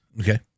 Okay